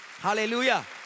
Hallelujah